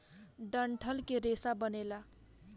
डंठल के रेसा बनेला